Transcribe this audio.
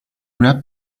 wrapped